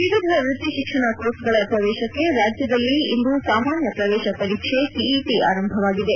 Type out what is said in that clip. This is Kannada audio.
ವಿವಿಧ ವೃತ್ತಿ ಶಿಕ್ಷಣ ಕೋರ್ಸ್ಗಳ ಪ್ರವೇಶಕ್ಕೆ ರಾಜ್ಯದಲ್ಲಿ ಇಂದು ಸಾಮಾನ್ಯ ಪ್ರವೇಶ ಪರೀಕ್ಷೆ ಸಿಇಟಿ ಆರಂಭವಾಗಿದೆ